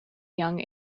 young